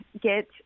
get